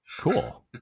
Cool